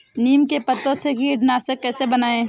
नीम के पत्तों से कीटनाशक कैसे बनाएँ?